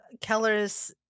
Keller's